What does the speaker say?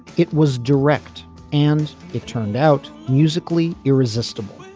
it was direct and it turned out musically irresistible.